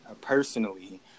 personally